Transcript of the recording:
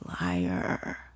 liar